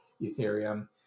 Ethereum